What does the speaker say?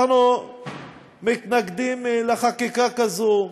אנחנו מתנגדים לחקיקה כזאת,